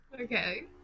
Okay